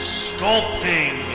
sculpting